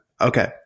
Okay